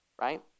right